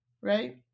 Right